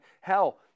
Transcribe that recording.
hell